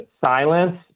silence